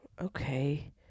Okay